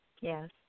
Yes